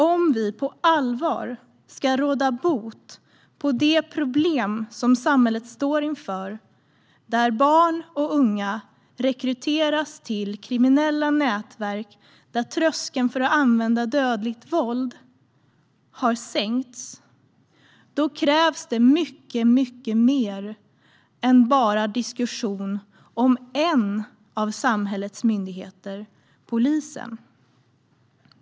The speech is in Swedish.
Om vi på allvar ska råda bot på det problem som samhället står inför, där barn och unga rekryteras till kriminella nätverk där tröskeln för att använda dödligt våld har sänkts, krävs det mycket mer än bara diskussion om en av samhällets myndigheter, polisen.